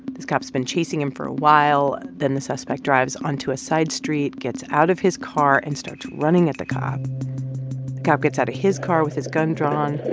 this cop's been chasing him for a while. then the suspect drives onto a side street, gets out of his car and starts running at the cop. the cop gets out of his car with his gun drawn.